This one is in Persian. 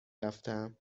رفتتم